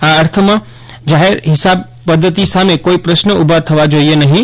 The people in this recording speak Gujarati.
આ અર્થમાં જાહેર હિસાબ પદ્ધતિ સામે કોઇ પ્રશ્ન ઉભા થવા જોઇએ નહીં